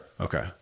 Okay